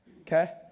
okay